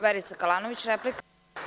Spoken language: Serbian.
Verica Kalanović, replika.